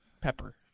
pepper